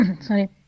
sorry